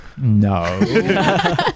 No